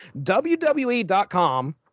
WWE.com